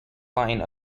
line